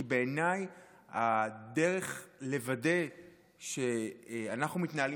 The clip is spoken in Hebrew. כי בעיניי הדרך לוודא שאנחנו מתנהלים